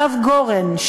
הרב גורן,